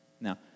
Now